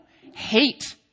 Hate